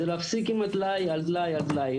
זה לא הפסיק עם הטלאי על טלאי על טלאי.